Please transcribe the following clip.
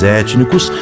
étnicos